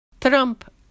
Trump